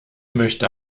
möchte